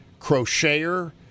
crocheter